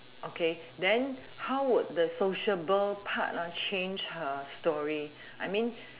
okay then how would the sociable part ah change her story I mean